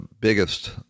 biggest